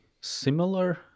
similar